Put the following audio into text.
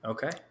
Okay